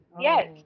Yes